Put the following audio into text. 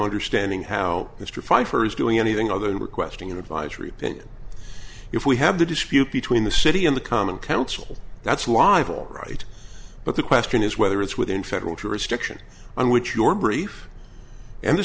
understanding how mr pfeifer is doing anything other than requesting an advisory opinion if we have the dispute between the city and the common council that's live all right but the question is whether it's within federal jurisdiction on which your brief and the